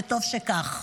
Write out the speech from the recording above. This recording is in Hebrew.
וטוב שכך.